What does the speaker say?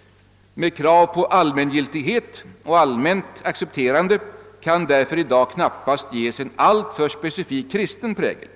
— »med krav på allmängiltighet och allmänt accepterande kan därför i dag knappast ges en alltför specifik kristen prägel.